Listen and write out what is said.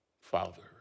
Father